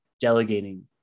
delegating